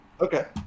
Okay